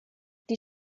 die